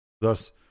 Thus